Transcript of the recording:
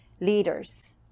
leaders